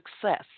Success